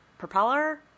propeller